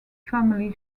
family